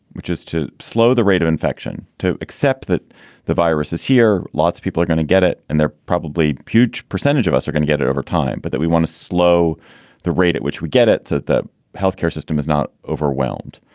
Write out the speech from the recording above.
which is to slow the rate of infection, to accept that the virus is here. lots people are going to get it and they're probably huge percentage of us are gonna get it over time. but that we want to slow the rate at which we get it to the health care system is not overwhelmed.